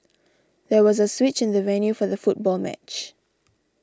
there was a switch in the venue for the football match